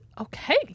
Okay